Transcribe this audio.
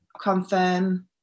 confirm